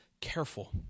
careful